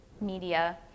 media